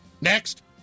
Next